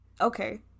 Okay